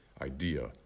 idea